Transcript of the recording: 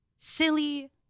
silly